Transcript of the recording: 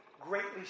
greatly